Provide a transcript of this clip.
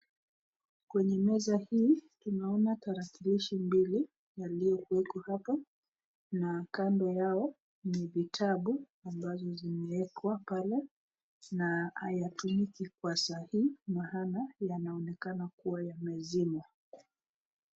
Kwenye meza hii tunaona tarakilishi mbili yaliyo wekwa hapa na kando yao ni vitabu ambazo zimewekwa pale na hayatumiki kwa saa hii maana yanaonekana kuwa yamezimwa.